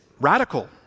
radical